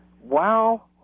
Wow